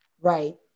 Right